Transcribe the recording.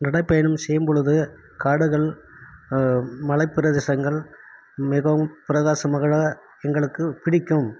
நடைப்பயணம் செய்யும்பொழுது காடுகள் மலைப் பிரதேசங்கள் மிகவும் பிரகாசமாக எங்களுக்குப் பிடிக்கும்